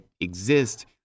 exist